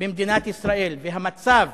במדינת ישראל והמצב